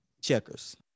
checkers